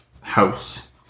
house